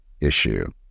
issue